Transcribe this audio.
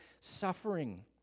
suffering